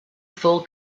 full